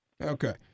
Okay